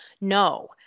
No